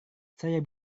saya